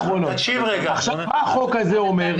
מה החוק הזה אומר?